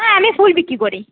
হ্যাঁ আমি ফুল বিক্রি করি